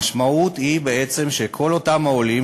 המשמעות היא בעצם שאז אותם העולים,